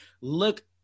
look